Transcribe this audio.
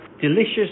Delicious